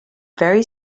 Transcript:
very